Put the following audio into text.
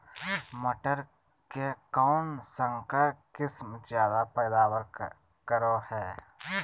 मटर के कौन संकर किस्म जायदा पैदावार करो है?